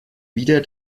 wieder